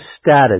status